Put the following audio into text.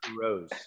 Rose